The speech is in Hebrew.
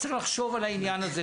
צריך לחשוב על העניין הזה,